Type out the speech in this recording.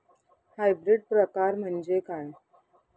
Hybrid प्रकार म्हणजे काय?